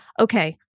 Okay